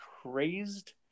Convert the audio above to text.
crazed